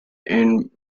and